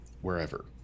wherever